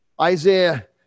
Isaiah